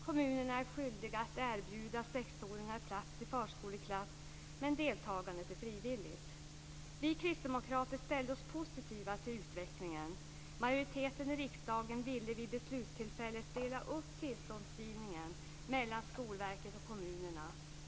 Kommunerna är skyldiga att erbjuda sexåringar plats i förskoleklass, men deltagandet är frivilligt. Vi kristdemokrater ställde oss positiva till utvecklingen. Majoriteten i riksdagen ville vid beslutstillfället dela upp tillståndsgivningen mellan Skolverket och kommunerna.